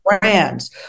brands